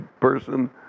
person